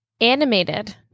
Animated